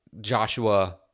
joshua